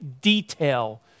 detail